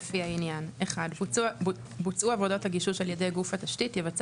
לפי העניין: בוצעו עבודות הגישוש על ידי גוף התשתית - יבצע